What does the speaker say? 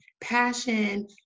passion